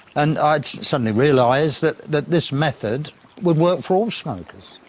and i suddenly realized that that this method would work for all smokers.